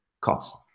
cost